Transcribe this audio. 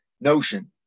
notion